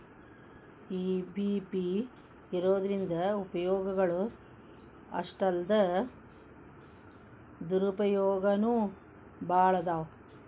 EBP ಇರೊದ್ರಿಂದಾ ಉಪಯೊಗಗಳು ಅಷ್ಟಾಲ್ದ ದುರುಪಯೊಗನೂ ಭಾಳದಾವ್